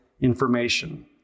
information